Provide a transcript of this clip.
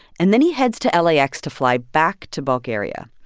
and then he heads to lax to fly back to bulgaria.